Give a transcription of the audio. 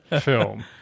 film